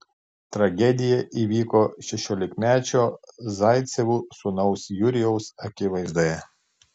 tragedija įvyko šešiolikmečio zaicevų sūnaus jurijaus akivaizdoje